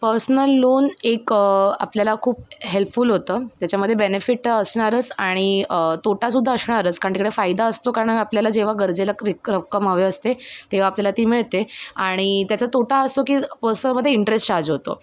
personal loan एक आपल्याला खूप हेल्पफुल होतं त्याच्यामध्ये बेनिफिट असणारच आणि तोटासुद्धा असणारच कारण तिकडे फायदा असतो कारण आपल्याला जेव्हा गरजेला क्री रक्कम हवी असते तेव्हा आपल्याला ती मिळते आणि त्याचा तोटा असतो की पर्समध्ये इंटरेस्ट चार्ज होतो